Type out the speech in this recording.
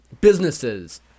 businesses